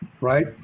right